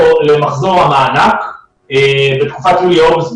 משווים אותו למחזור המענק בתקופת יולי-אוגוסט